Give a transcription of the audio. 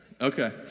Okay